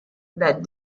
that